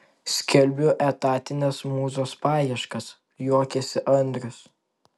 skelbiu etatinės mūzos paieškas juokiasi andrius